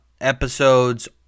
episodes